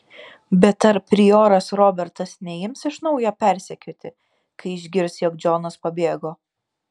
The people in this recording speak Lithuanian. bet ar prioras robertas neims iš naujo persekioti kai išgirs jog džonas pabėgo